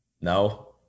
No